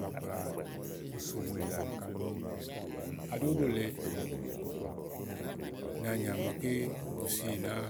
ba kpla osumu éle ànikà, kàɖi óɖò lèeè, nàanyà màakè bu si náàa